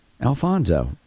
Alfonso